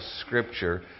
Scripture